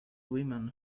women